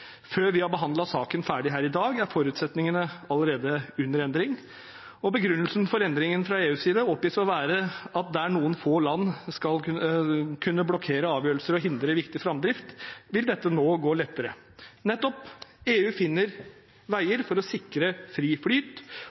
Før vi har behandlet saken ferdig her i dag, er forutsetningene allerede under endring. Begrunnelsen for endringen fra EUs side oppgis å være at der noen få land kunne blokkere avgjørelser og hindre viktig framdrift, vil dette nå gå lettere. Nettopp! EU finner veier for å sikre fri flyt.